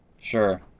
Sure